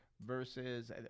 versus